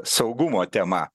saugumo tema